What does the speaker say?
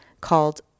called